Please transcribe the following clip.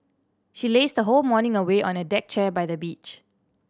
she lazed whole morning away on a deck chair by the beach